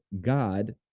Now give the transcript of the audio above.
God